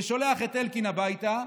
ששולח את אלקין הביתה,